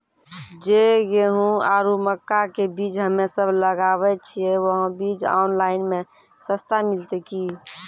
जे गेहूँ आरु मक्का के बीज हमे सब लगावे छिये वहा बीज ऑनलाइन मे सस्ता मिलते की?